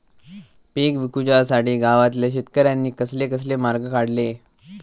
पीक विकुच्यासाठी गावातल्या शेतकऱ्यांनी कसले कसले मार्ग काढले?